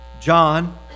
John